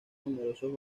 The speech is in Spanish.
numerosos